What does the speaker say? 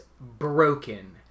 broken